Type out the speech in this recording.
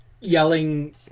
yelling